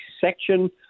section